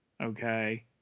okay